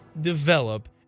develop